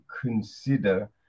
consider